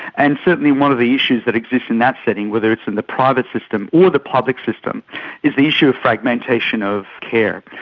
and certainly one of the issues that exist in that setting, whether it's in the private system or the public system is the issue of fragmentation of care.